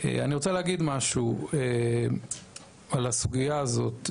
אני רוצה לומר משהו על הסוגיה הזאת.